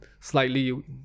slightly